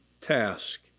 task